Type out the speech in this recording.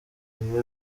ibi